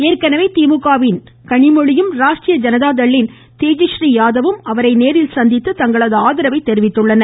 ஏற்கெனவே திமுகவின் கனிமொழியும் ராஷ்ட்ரிய ஜனதா தள்ளின் தேஜயீ யாதவும் நேரில் சந்தித்து தங்களது ஆதரவை தெரிவித்துள்ளனர்